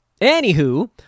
anywho